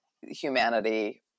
humanity